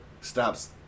stops